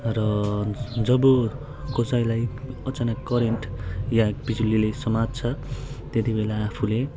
र जब कसैलाई अचानक करेन्ट या बिजुलीले समात्छ त्यति बेला आफूले